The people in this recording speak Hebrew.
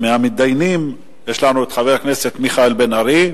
ומהמתדיינים יש לנו חבר הכנסת מיכאל בן-ארי.